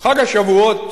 חג השבועות